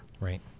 Right